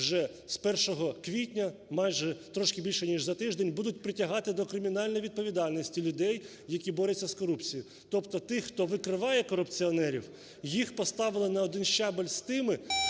вже з 1 квітня, майже трошки більше ніж за тиждень, будуть притягати до кримінальної відповідальності людей, які борються з корупцією. Тобто тих, хто викриває корупціонерів, їх поставили на один щабель з тими,